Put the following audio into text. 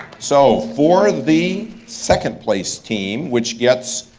so for the second place team, which gets,